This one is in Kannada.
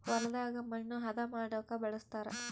ಹೊಲದಾಗ ಮಣ್ಣು ಹದ ಮಾಡೊಕ ಬಳಸ್ತಾರ